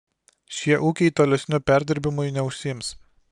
šie ūkiai tolesniu perdirbimui neužsiims